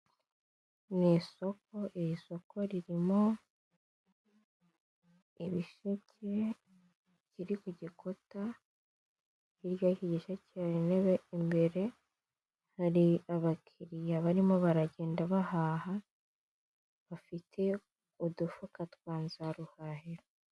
Ni isoko, iri soko ririmo igisheke kiri ku gikuta, hirya y'iki gisheke hari intebe imbere, hari abakiriya barimo baragenda bahaha, bafite udufuka twa nzaruhahira.